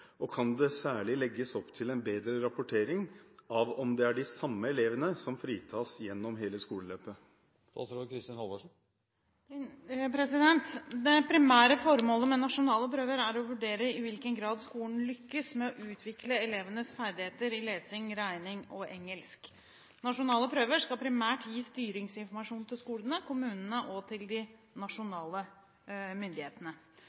og kan det særlig legges opp til en bedre rapportering av om det er de samme elevene som fritas gjennom hele skoleløpet?» Det primære formålet med nasjonale prøver er å vurdere i hvilken grad skolen lykkes med å utvikle elevenes ferdigheter i lesing, regning og engelsk. Nasjonale prøver skal primært gi styringsinformasjon til skolene, kommunene og de nasjonale myndighetene.